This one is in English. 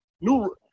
New